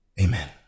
Amen